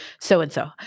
so-and-so